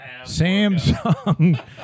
Samsung